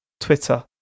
Twitter